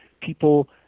people